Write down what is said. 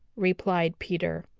replied peter.